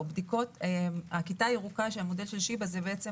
המודל של שיבא "הכיתה הירוקה" הוא רעיון